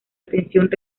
atención